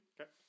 Okay